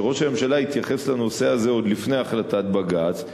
שראש הממשלה התייחס לנושא הזה עוד לפני החלטת בג"ץ,